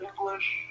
English